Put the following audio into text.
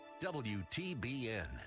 WTBN